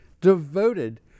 devoted